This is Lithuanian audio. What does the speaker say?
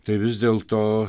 tai vis dėlto